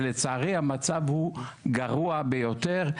לצערי, המצב הוא גרוע ביותר.